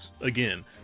Again